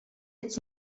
its